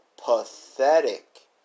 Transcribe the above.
pathetic